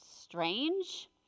strange